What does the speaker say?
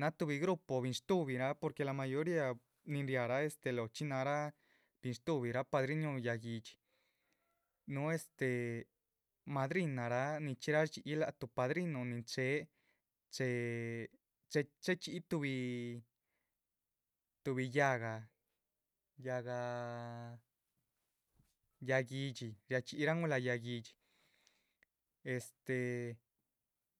náha tuhbi grupo binshtuhbiraa porque la mayoria nin riáhara este lochxí náhara binshtuhbiraa padrinu yáh guídxi núhu este madrinaraa nichxíraa shdxíyih láha tuh. padrinuh nin chéhe ché chéhe chxíyih tuhbi tuhbi yáhga yáh guídxi riahcxíyiran guhla yáh guídxi este